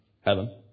Heaven